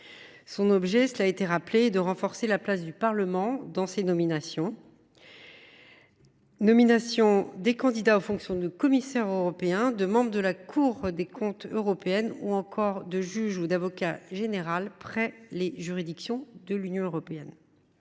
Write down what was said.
Son objet est de renforcer la place du Parlement dans les nominations des candidats aux fonctions de commissaire européen, de membre de la Cour des comptes européenne ou encore de juge ou d’avocat général près les juridictions l’Union européenne.